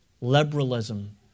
Liberalism